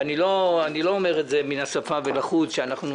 אני לא אומר את זה מן השפה ולחוץ שאנחנו